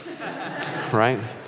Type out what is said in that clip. Right